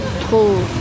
trop